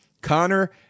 Connor